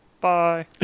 bye